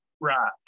Right